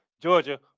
Georgia